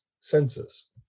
census